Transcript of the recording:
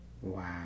Wow